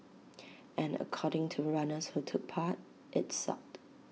and according to runners who took part IT sucked